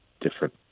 different